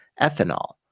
ethanol